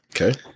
Okay